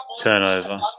turnover